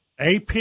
AP